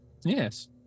yes